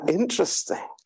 interesting